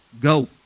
Go